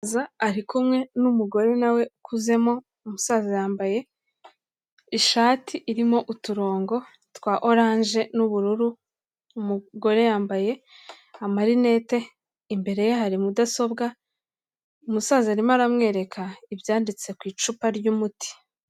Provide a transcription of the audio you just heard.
saza ari kumwemwe n'umugore nawe ukuzemo umusaza yambaye ishati irimo uturongo twa orange n'ubururu umugore yambaye amarinette imbere ye hari mudasobwa umusaza arimo aramwereka ibyanditse ku icupa ryumuti